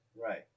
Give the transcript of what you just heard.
Right